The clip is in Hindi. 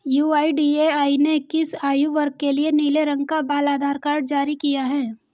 यू.आई.डी.ए.आई ने किस आयु वर्ग के लिए नीले रंग का बाल आधार कार्ड जारी किया है?